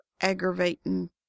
aggravating